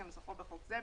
כנוסחו בחוק זה,